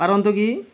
কাৰণটো কি